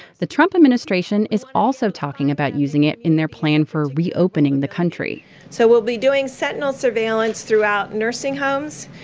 the trump administration is also talking about using it in their plan for reopening the country so we'll be doing sentinel surveillance throughout nursing homes,